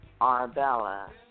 Arabella